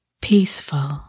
peaceful